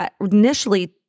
initially